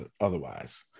otherwise